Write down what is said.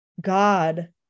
God